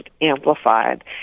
amplified